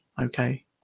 okay